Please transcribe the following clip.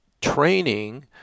training